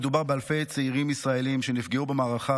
מדובר באלפי צעירים ישראלים שנפגעו במערכה